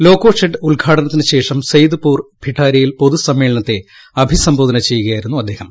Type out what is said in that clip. loco shed ഉദ്ഘാടനത്തിനുശേഷം സെയ്ദ്പൂർ ഭിട്ടാരിയിൽ പൊതു സമ്മേളനത്തെ അഭിസംബോധന ചെയ്യുകയായിരുന്നു അദ്ദേഹം